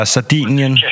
Sardinien